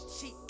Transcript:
cheap